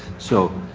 so,